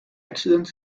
accident